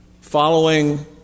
following